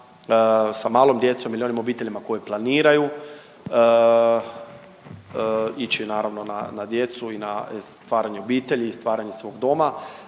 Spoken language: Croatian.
sa malom djecom ili onim obiteljima koji planiraju ići naravno na djecu i stvaranje obitelji i stvaranje svog doma,